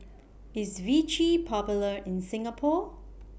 IS Vichy Popular in Singapore